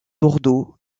bordeaux